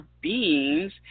beings